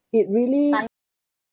it really